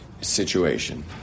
situation